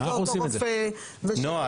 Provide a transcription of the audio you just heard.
שזה אותו רופא ו --- לא,